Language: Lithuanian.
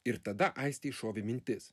ir tada aistei šovė mintis